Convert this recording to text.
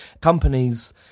companies